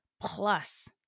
plus